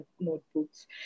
notebooks